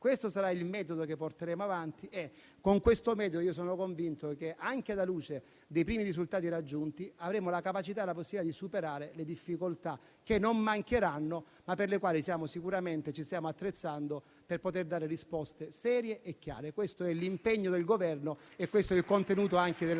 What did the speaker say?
Questo sarà il metodo che porteremo avanti è con questo metodo sono convinto che, anche alla luce dei primi risultati raggiunti, avremo la capacità e la possibilità di superare le difficoltà che non mancheranno, ma per le quali sicuramente ci siamo attrezzando per poter dare risposte serie e chiare. Questo è l'impegno del Governo e questo è il contenuto della